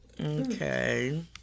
Okay